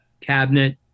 cabinet